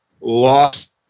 lost